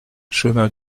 chemin